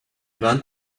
want